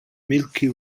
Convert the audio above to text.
milky